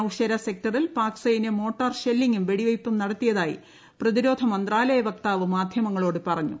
നൌഷേരാ സെക്ടറിൽ പാക് സൈന്യം മോട്ടാർ ഷെല്ലിംഗും വെടിവയ്പും നടത്തിയതായി പ്രതിരോധ മന്ത്രാലയ വക്താവ് മാധ്യമങ്ങളോട് പറഞ്ഞു